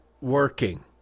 working